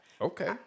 Okay